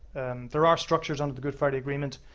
there are structures under the good friday agreement